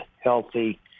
healthy